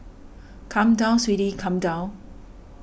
come down sweetie come down